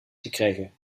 gekregen